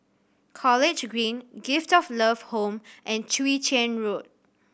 College Green Gift of Love Home and Chwee Chian Road